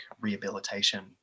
rehabilitation